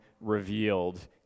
revealed